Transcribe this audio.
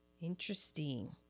Interesting